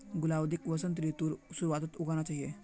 गुलाउदीक वसंत ऋतुर शुरुआत्त उगाना चाहिऐ